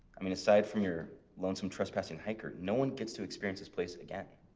i mean aside from your lonesome trespassing hiker no one gets to experience this place again.